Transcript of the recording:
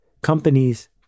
Companies